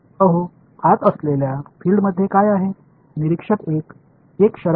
இப்போது அவர் பார்வையாளரிடம் 1 ஏய் உள்ளே என்ன புலம் என்று கேட்கிறார்